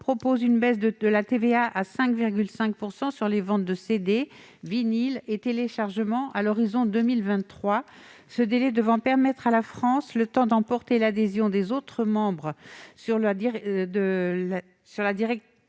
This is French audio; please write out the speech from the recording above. prévoit une baisse du taux de la TVA à 5,5 % sur les ventes de CD, vinyles et téléchargements à l'horizon de 2023, ce délai devant permettre à la France d'emporter l'adhésion des autres États membres sur la modification